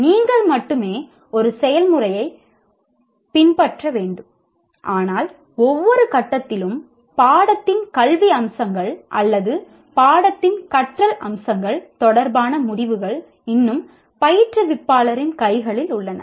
நீங்கள் மட்டுமே ஒரு செயல்முறையைப் பின்பற்ற வேண்டும் ஆனால் ஒவ்வொரு கட்டத்திலும் பாடத்தின் கல்வி அம்சங்கள் அல்லது பாடத்தின் கற்றல் அம்சங்கள் தொடர்பான முடிவுகள் இன்னும் பயிற்றுவிப்பாளரின் கைகளில் உள்ளன